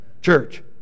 Church